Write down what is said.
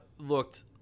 Looked